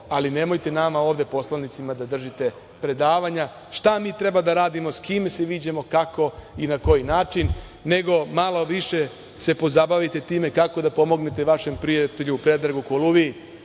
ali nemojte ovde nama poslanicima da držite predavanja šta mi treba da radimo, s kime da se viđamo, kako i na koji način, nego se malo više pozabavite time kako da pomognete vašem prijatelju Predragu Kuluviji.